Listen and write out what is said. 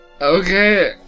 Okay